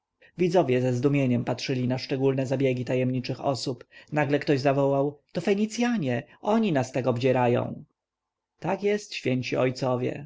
widzowie ze zdumieniem patrzyli na szczególne zabiegi tajemniczych osób nagle ktoś zawołał to fenicjanie oni nas tak obdzierają tak jest święci ojcowie